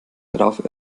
darauf